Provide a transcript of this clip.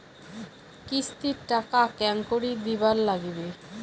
কিস্তির টাকা কেঙ্গকরি দিবার নাগীবে?